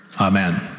Amen